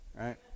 right